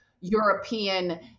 European